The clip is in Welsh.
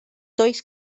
does